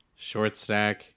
shortstack